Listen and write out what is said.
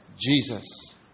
Jesus